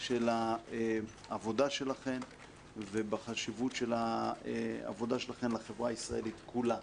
של העבודה שלכן ובחשיבות של העובדה שלכן לחברה הישראלית כולה.